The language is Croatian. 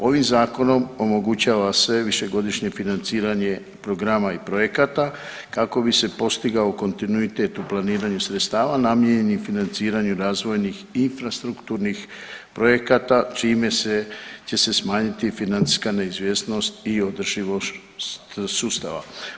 Ovim zakonom omogućava se višegodišnje financiranje programa i projekata kako bi se postigao kontinuitet u planiranju sredstava namijenjenih financiranju razvojnih infrastrukturnih projekata čime će se smanjiti financijska neizvjesnost i održivost sustava.